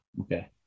okay